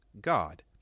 God